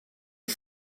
you